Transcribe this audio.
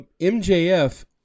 MJF